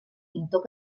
pintor